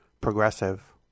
progressive